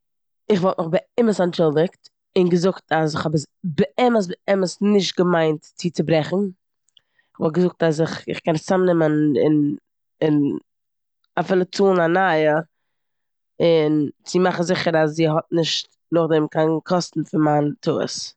איך וואלט מיך באמת אנטשולדיגט און געזאגט אז כ'האב באמת, באמת נישט געמיינט צו צוברעכן. כ'וואלט געזאגט אז איך- איך קען עס צאמנעמען און- און אפילו צאלן א נייע און צו מאכן זיכער אז זי האט נישט נאכדעם קיין קאסטן פון מיין טעות.